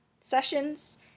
sessions